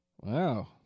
Wow